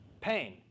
Pain